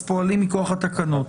אז פועלים מכוח התקנות.